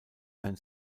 sein